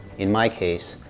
in my case,